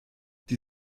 die